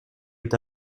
est